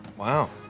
Wow